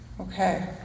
Okay